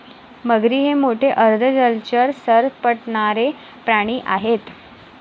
मगरी हे मोठे अर्ध जलचर सरपटणारे प्राणी आहेत